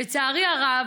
לצערי הרב,